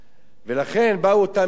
ולכן באו אותם מסגדים,